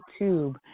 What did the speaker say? YouTube